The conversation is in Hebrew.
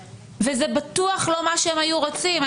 וזה בטוח לא מה שהם היו רוצים.